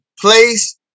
place